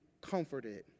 comforted